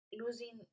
losing